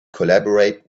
collaborate